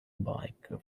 bike